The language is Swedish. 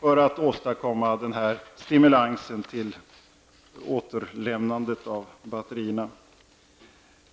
för att åstadkomma denna stimulans till återlämnande av batterierna.